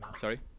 sorry